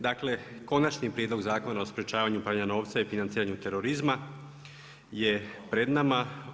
Dakle, konačni prijedlog Zakona o sprječavanju i pranja novca i financiranju terorizma je pred nama.